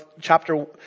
chapter